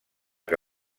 que